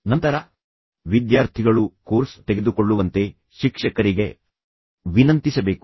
ನಂತರ ವಿದ್ಯಾರ್ಥಿಗಳು ಕೋರ್ಸ್ ತೆಗೆದುಕೊಳ್ಳುವಂತೆ ಶಿಕ್ಷಕರಿಗೆ ವಿನಂತಿಸಬೇಕು